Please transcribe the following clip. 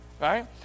Right